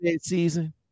season